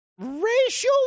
racial